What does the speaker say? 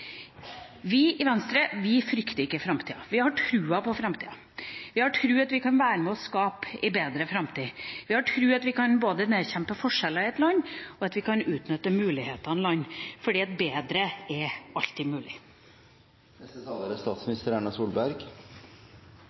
Vi i Venstre frykter ikke framtida. Vi har trua på framtida. Vi har tru på at vi kan være med og skape en bedre framtid. Vi har tru på at vi både kan bekjempe forskjeller i et land, og at vi kan utnytte mulighetene i et land, fordi det alltid er